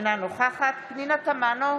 אינה נוכחת פנינה תמנו,